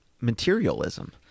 materialism